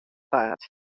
paad